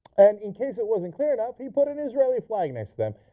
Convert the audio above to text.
and in case it wasn't clear enough, he put an israeli flag next to them.